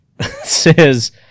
says